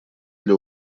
для